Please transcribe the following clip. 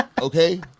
Okay